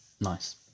nice